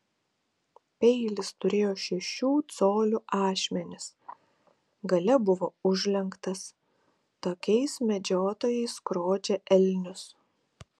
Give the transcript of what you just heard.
peilis turėjo šešių colių ašmenis gale buvo užlenktas tokiais medžiotojai skrodžia elnius